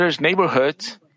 neighborhoods